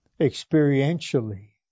experientially